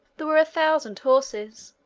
there were a thousand horses,